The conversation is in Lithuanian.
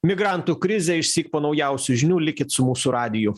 migrantų krizę išsyk po naujausių žinių likit su mūsų radiju